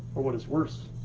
or what is worse,